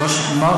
מה?